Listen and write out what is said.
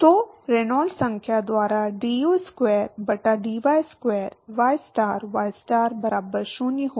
तो रेनॉल्ड्स संख्या द्वारा ड्यू स्क्वायर बटा dy स्क्वायर ystar ystar बराबर 0 होगा